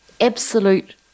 absolute